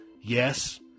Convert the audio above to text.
yes